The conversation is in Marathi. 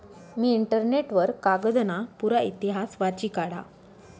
मी इंटरनेट वर कागदना पुरा इतिहास वाची काढा